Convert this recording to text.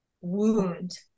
wound